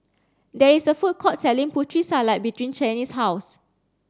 there is a food court selling Putri salad behind Chaney's house